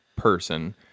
person